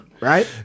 right